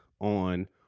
on